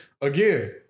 again